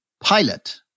Pilot